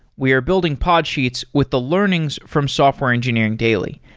we are building podsheets with the learnings from software engineering daily,